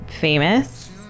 famous